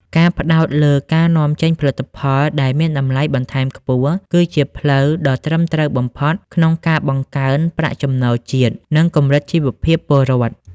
ការផ្ដោតលើការនាំចេញផលិតផលដែលមានតម្លៃបន្ថែមខ្ពស់ គឺជាផ្លូវដ៏ត្រឹមត្រូវបំផុតក្នុងការបង្កើនប្រាក់ចំណូលជាតិ និងកម្រិតជីវភាពពលរដ្ឋ។